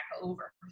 over